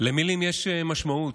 למילים יש משמעות,